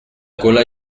cola